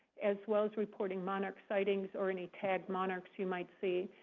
as well as reporting monarch sightings or any tagged monarchs you might see.